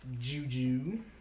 Juju